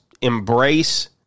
embrace